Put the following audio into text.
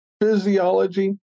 physiology